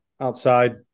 outside